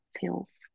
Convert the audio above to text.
feels